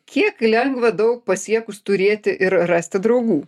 kiek lengva daug pasiekus turėti ir rasti draugų